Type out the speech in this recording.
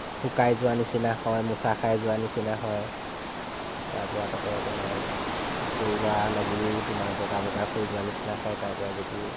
শুকাই যোৱা নিচিনা হয় মোচা খাই যোৱা নিচিনা হয় তাৰ পৰা তাতে তোমাৰ পৰুৱা লাগি তোমাৰ বগা বগা হৈ নিচিনা হয় তাৰ পৰা যিটো